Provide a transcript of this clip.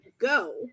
go